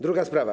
Druga sprawa.